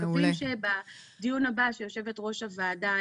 מקווים שבדיון הבא שיושבת ראש הוועדה,